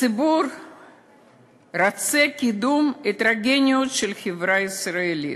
הציבור רוצה קידום בהטרוגניות של החברה הישראלית,